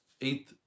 eight